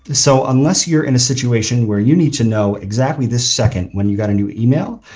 so unless you're in a situation where you need to know exactly this second when you got a new email,